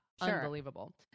unbelievable